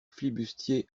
flibustiers